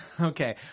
Okay